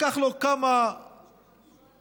לקחו לו כמה שניות